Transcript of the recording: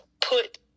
put